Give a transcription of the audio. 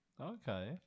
okay